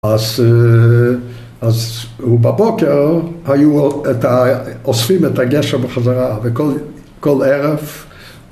‫אז בבוקר היו... ‫אוספים את הגשר בחזרה, וכל ערב...